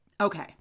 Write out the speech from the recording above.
Okay